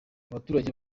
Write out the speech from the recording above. baturage